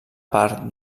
part